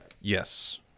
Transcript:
Yes